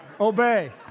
Obey